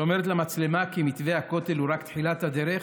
שאומרת למצלמה כי מתווה הכותל הוא רק תחילת הדרך